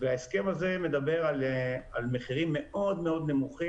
וההסכם הזה מדבר על מחירים נמוכים מאוד,